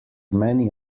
many